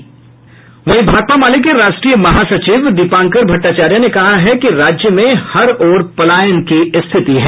भाकपा माले के राष्ट्रीय महासचिव दीपांकर भट्टाचार्या ने कहा कि राज्य में हर ओर पलायन की स्थिति है